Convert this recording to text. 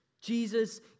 Jesus